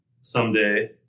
someday